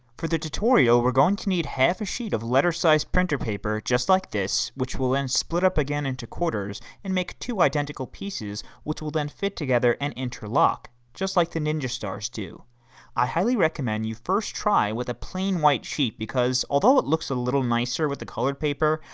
for the tutorial we're going to need half a sheet of letter size printer paper just like this which we'll then split up again into quarters and make two identical pieces which will then fit together and interlock just like the ninja stars i highly recommend you first try with a plain white sheet because although it looks a little nicer with the colored paper,